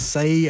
Say